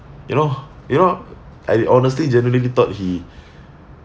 you know you know I honestly genuinely thought he